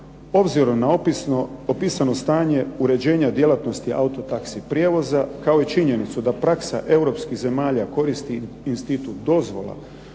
Obzirom na opisano stanje uređenja djelatnosti auto taxi prijevoza kao i činjenicu da praksa europskih zemalja koristi institut dozvola